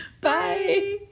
bye